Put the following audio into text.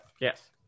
Yes